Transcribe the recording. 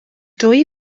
dwy